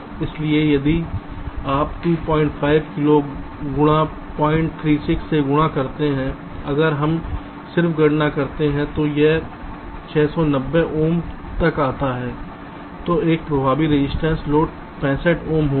इसलिए यदि आप 25 किलो गुणा 036 से गुणा करते हैं अगर हम सिर्फ गणना करते हैं तो यह 690 ओम तक आता है तो यहां प्रभावी रेजिस्टिव लोड 65 ओम होगा